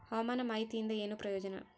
ಹವಾಮಾನ ಮಾಹಿತಿಯಿಂದ ಏನು ಪ್ರಯೋಜನ?